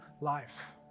life